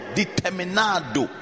determinado